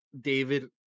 David